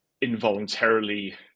involuntarily